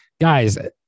guys